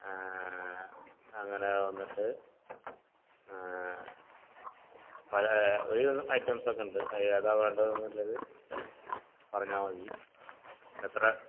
അങ്ങനെ വന്നിട്ട് പല ഒരുവിധം ഐറ്റംസ്സൊക്കെയുണ്ട് അതിലേതാ വേണ്ടതെന്നുള്ളത് പറഞ്ഞാൽ മതി എത്രാ